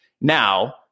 Now